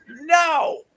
No